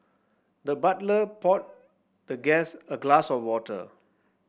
the butler poured the guest a glass of water